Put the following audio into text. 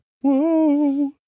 Whoa